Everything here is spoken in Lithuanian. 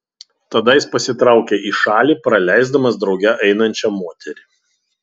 tada jis pasitraukia į šalį praleisdamas drauge einančią moterį